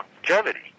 longevity